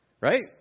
right